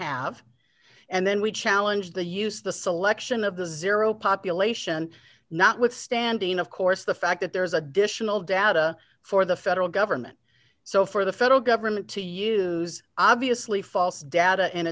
have and then we challenge the use the selection of the zero population notwithstanding of course the fact that there is additional data for the federal government so for the federal government to use obviously false data and